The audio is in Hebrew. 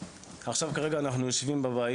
כרגע אנחנו יושבים בבית